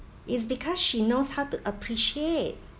is because she knows how to appreciate